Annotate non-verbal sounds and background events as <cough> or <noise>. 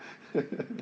<laughs>